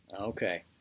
Okay